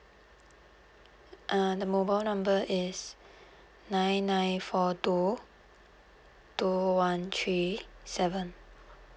uh the mobile number is nine nine four two two one three seven